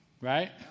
right